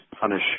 punish